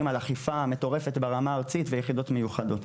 על אכיפה מטורפת ברמה הארצית ויחידות מיוחדות.